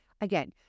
Again